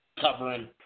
covering